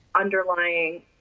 underlying